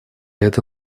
это